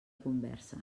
conversa